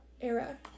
era